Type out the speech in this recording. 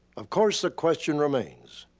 of course, the question remains,